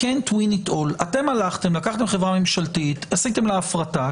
אתם הלכתם, לקחתם חברה ממשלתית, עשיתם לה הפרטה.